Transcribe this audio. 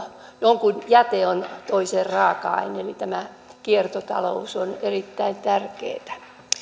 jonkun jäte on toisen raaka aine ja tämä kiertotalous on erittäin tärkeätä